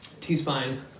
t-spine